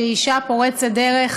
שהיא אישה פורצת דרך